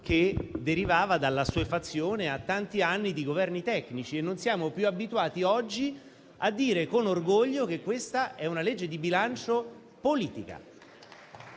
che derivava dalla assuefazione a tanti anni di Governi tecnici e non siamo più abituati, oggi, a dire con orgoglio che questa è una legge di bilancio politica